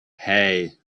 hey